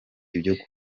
ibyo